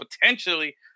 potentially